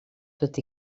tot